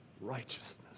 righteousness